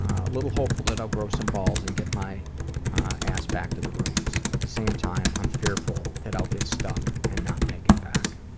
a little hopeful that i'll grow some balls and get my ass back to the room. so at the same time, i'm fearful that i'll get stuck and not make it back.